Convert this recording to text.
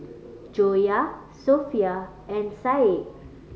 Joyah Sofea and Said